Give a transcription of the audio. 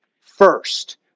first